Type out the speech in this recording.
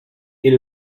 est